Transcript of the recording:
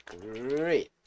Great